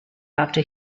after